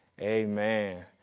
amen